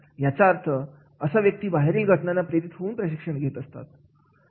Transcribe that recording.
याचा अर्थ असा व्यक्ती बाहेरील घटनांना प्रेरित होऊन प्रशिक्षण घेत असतात